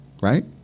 Right